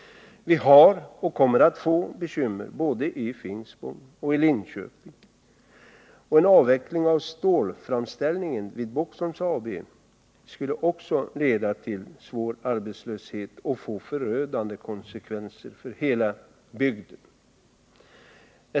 Vi har och kommer att få bekymmer både i En avveckling av stålframställningen vid Boxholms AB skulle också leda till svår arbetslöshet och få förödande konsekvenser för hela bygden.